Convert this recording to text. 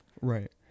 Right